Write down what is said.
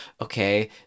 okay